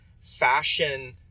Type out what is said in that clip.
fashion